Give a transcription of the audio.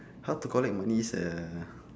how to collect money sia